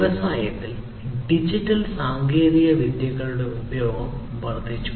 വ്യവസായത്തിൽ ഡിജിറ്റൽ സാങ്കേതികവിദ്യകളുടെ ഉപയോഗം വർദ്ധിച്ചു